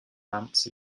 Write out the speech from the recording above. lamps